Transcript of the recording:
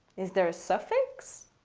is there a suffix?